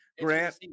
Grant